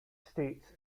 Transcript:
states